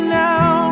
now